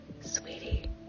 Sweetie